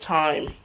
time